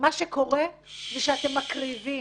מה שקורה זה שאתם מקריבים